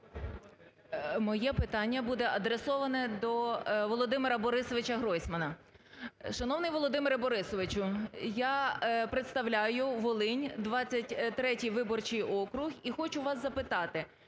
Моє питання буде адресоване до Володимира Борисовича Гройсмана. Шановний Володимире Борисовичу, я представляю Волинь, 23 виборчий округ, і хочу вас запитати.